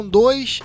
dois